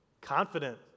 confident